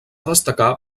destacar